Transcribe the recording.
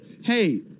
hey